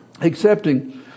accepting